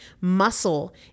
Muscle